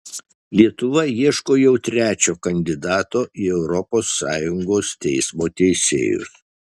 lietuva ieško jau trečio kandidato į europos sąjungos teismo teisėjus